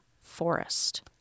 Forest